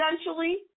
Essentially